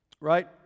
Right